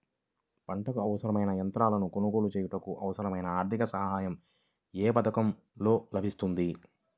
పంటకు అవసరమైన యంత్రాలను కొనగోలు చేయుటకు, అవసరమైన ఆర్థిక సాయం యే పథకంలో లభిస్తుంది?